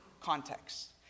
context